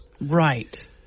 right